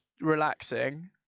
relaxing